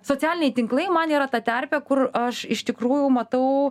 socialiniai tinklai man yra ta terpė kur aš iš tikrųjų matau